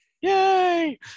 Yay